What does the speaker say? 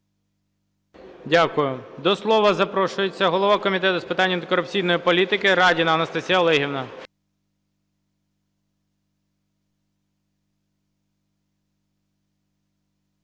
Дякую. До слова запрошується голова Комітету з питань антикорупційної політики Радіна Анастасія Олегівна.